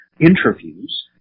interviews